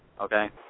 okay